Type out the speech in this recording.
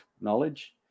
knowledge